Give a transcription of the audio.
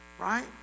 Right